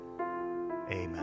Amen